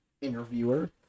interviewer